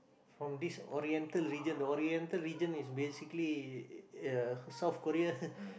from this oriental region the oriental region is basically South-Korea